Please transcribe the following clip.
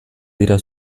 dira